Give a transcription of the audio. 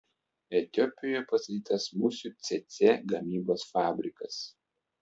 etiopijoje pastatytas musių cėcė gamybos fabrikas